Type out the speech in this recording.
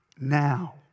now